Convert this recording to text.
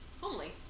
Homely